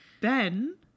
Ben